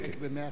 במאה אחוז.